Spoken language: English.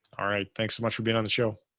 all right. thanks so much for being on the show.